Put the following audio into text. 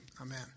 amen